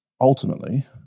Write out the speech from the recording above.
ultimately